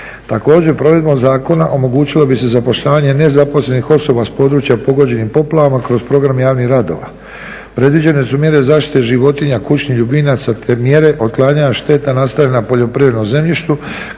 Također provedbom zakona omogućilo bi se zapošljavanje nezaposlenih osoba s područja pogođenim poplavama kroz program javnih radova. Predviđene su mjere zaštite životinja, kućnih ljubimaca, te mjere otklanjanja štete nastale na poljoprivrednom zemljištu